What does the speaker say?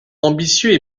ambitieux